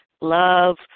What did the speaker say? love